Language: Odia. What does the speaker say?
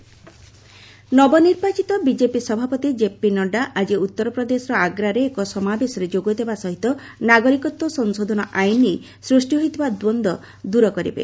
ସିଏଏ ବିଜେପି ନବନିର୍ବାଚିତ ବିଜେପି ସଭାପତି କେପି ନଡ୍ରା ଆଜି ଉତ୍ତରପ୍ରଦେଶର ଆଗ୍ରାରେ ଏକ ସମାବେଶରେ ଯୋଗଦେବା ସହିତ ନାଗରିକତ୍ୱ ସଂଶୋଧନ ଆଇନ୍ ନେଇ ସୃଷ୍ଟି ହୋଇଥିବା ଦୃନ୍ଦ୍ୱ ଦୂର କରିବେ